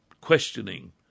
questioning